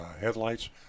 headlights